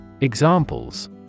Examples